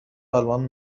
آلمان